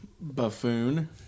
buffoon